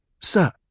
Sir